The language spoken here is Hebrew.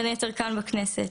בין היתר כאן, בכנסת.